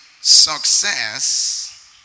success